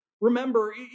Remember